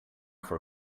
for